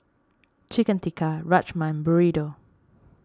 Chicken Tikka Rajma Burrito